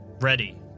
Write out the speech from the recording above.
ready